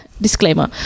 disclaimer